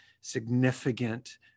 significant